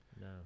No